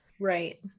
Right